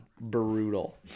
brutal